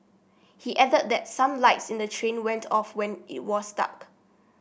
he added that some lights in the train went off when it was stuck